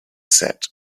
said